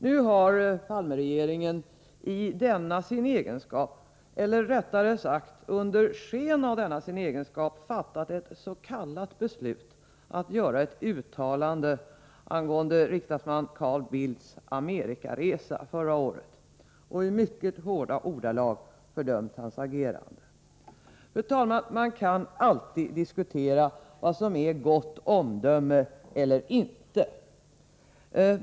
Nu har Palmeregeringen i denna sin egenskap eller rättare sagt under sken av denna sin egenskap fattat ett s.k. beslut att göra ett uttalande angående riksdagsman Carl Bildts Amerikaresa förra året och i mycket hårda ordalag fördömt hans agerande. Man kan, fru talman, alltid diskutera vad som är gott omdöme eller inte.